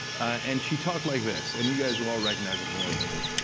and she talked like this. and you guys will all recognize it from local news.